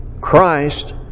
Christ